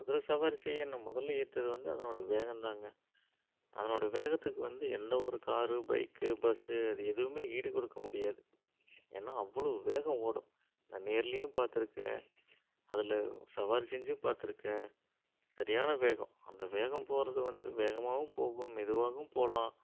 குதிரை சவாரி செய்ய என்ன முதலில் ஈர்த்தது வந்து அதனோட வேகம் தாங்க அதனோட வேகத்துக்கு வந்து எந்த ஒரு காரு பைக்கு பஸ்ஸு அது எதுவுமே ஈடு கொடுக்க முடியாது ஏன்னா அவ்வளோ வேகம் ஓடும் நான் நேர்லயும் பார்த்துருக்கேன் அதில் சவாரி செஞ்சும் பார்த்துருக்கேன் சரியான வேகம் அந்த வேகம் போகறது வந்து வேகமாகவும் போகும் மெதுவாகவும் போகலாம்